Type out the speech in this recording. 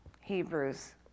Hebrews